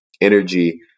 energy